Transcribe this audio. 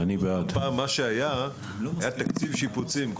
פעם היה תקציב שיפוצים,